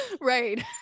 Right